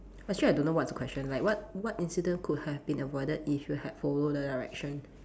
actually I don't know what's the question like what what incident could have been avoided if you had follow the direction